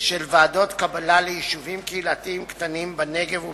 של ועדות קבלה ליישובים קהילתיים קטנים בנגב ובגליל,